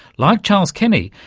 like charles kenny,